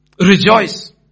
Rejoice